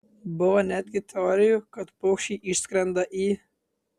buvo netgi teorijų kad paukščiai išskrenda į